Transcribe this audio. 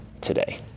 today